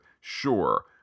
Sure